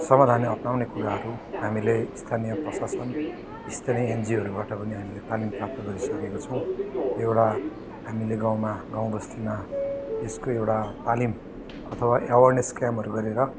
सावधानी अप्नाउने कुराहरू हामीले स्थानीय प्रशासन स्थानीय एनजियोहरूबाट पनि हामीले तालिम प्राप्त गरिसकेका छौँ यो एउटा हामीले गाउँमा गाउँ बस्तीमा यसको एउटा तालिम अथवा अवेरनेस क्याम्पहरू गरेर